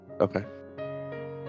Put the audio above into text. Okay